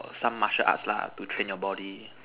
or some Martial Arts lah to train your body